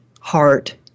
heart